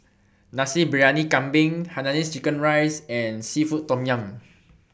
Nasi Briyani Kambing Hainanese Chicken Rice and Seafood Tom Yum